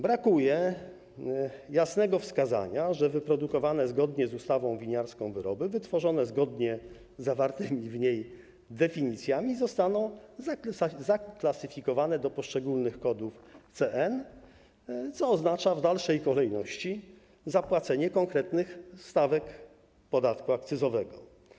Brakuje jasnego wskazania, że wyprodukowane zgodnie z ustawą winiarską wyroby wytworzone zgodnie z zawartymi w niej definicjami zostaną zaklasyfikowane do poszczególnych kodów CN, co oznacza w dalszej kolejności zapłacenie konkretnych stawek podatku akcyzowego.